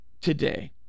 today